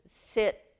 sit